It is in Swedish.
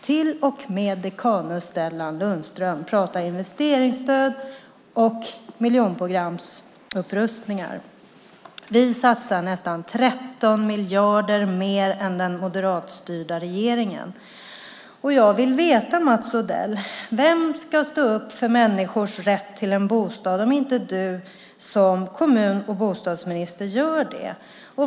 Till och med dekanus Stellan Lundström pratar om investeringsstöd och miljonprogramsupprustning. Vi satsar nästan 13 miljarder mer än den moderatstyrda regeringen. Jag vill veta, Mats Odell, vem som ska stå upp för människors rätt till en bostad om inte du som kommun och bostadsminister gör det.